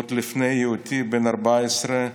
עוד לפני היותי בן 14,